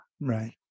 Right